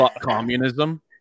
communism